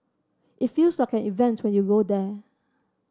it feels like an event when you go there